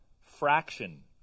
fraction